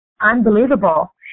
unbelievable